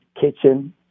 kitchen